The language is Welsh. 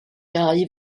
gau